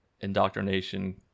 indoctrination